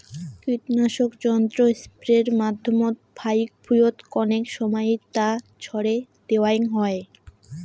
কীটনাশক যন্ত্র স্প্রের মাধ্যমত ফাইক ভুঁইয়ত কণেক সমাইয়ত তা ছড়ে দ্যাওয়াং হই